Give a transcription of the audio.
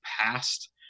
past